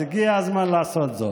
אז הגיע הזמן לעשות זאת.